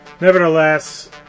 nevertheless